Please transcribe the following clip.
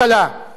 והיחס,